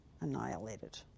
annihilated